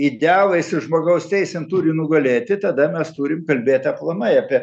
idealais ir žmogaus teisėm turi nugalėti tada mes turim kalbėt aplamai apie